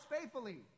faithfully